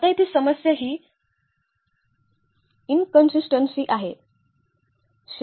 आता येथे समस्या ही इंकन्सिस्टंसी आहे